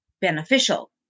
beneficial